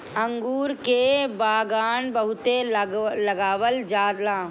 अंगूर के बगान बहुते लगावल जाला